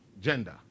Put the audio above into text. gender